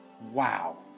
Wow